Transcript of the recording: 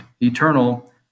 eternal